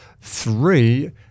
Three